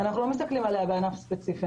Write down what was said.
אנחנו לא מסתכלים עליה בענף ספציפי,